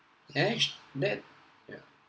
that yeah